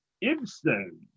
Ibsen